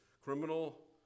criminal